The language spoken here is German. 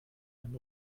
einen